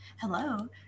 hello